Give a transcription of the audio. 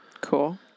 Cool